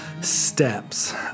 steps